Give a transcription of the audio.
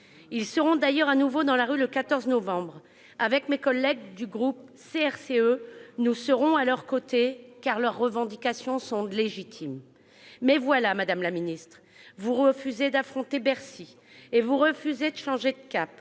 Ils seront d'ailleurs de nouveau dans la rue le 14 novembre. Mes collègues du groupe CRCE et moi-même serons à leurs côtés, car leurs revendications sont légitimes. Mais voilà, madame la ministre, vous refusez d'affronter Bercy et de changer de cap